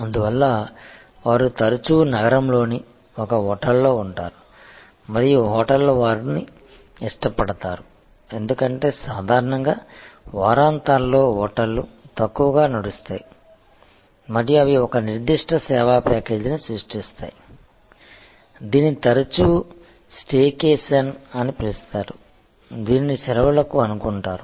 అందువల్ల వారు తరచూ నగరంలోని ఒక హోటల్లో ఉంటారు మరియు హోటళ్ళు వారిని ఇష్టపడతారు ఎందుకంటే సాధారణంగా వారాంతాల్లో హోటళ్ళు తక్కువగా నడుస్తాయి మరియు అవి ఒక నిర్దిష్ట సేవా ప్యాకేజీని సృష్టిస్తాయి దీనిని తరచూ స్టేకేషన్ అని పిలుస్తారు దీనిని సెలవులకు అనుకుంటారు